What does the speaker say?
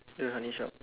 the honey shop